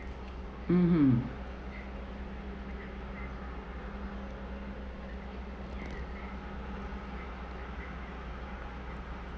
mmhmm